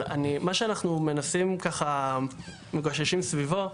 אבל מה שאנחנו מנסים ככה מגששים סביבו,